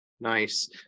Nice